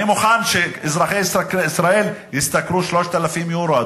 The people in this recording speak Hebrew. אני מוכן שאזרחי ישראל ישתכרו 3,000 יורו,